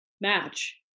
match